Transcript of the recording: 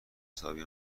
حسابی